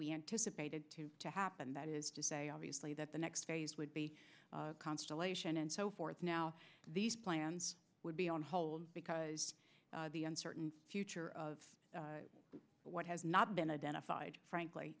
we anticipated to happen that is to say obviously that the next phase would be constellation and so forth now these plans would be on hold because the uncertain future of what has not been identified frankly